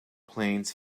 planes